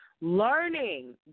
learning